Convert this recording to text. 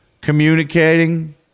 Communicating